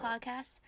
Podcasts